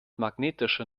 magnetischer